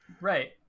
Right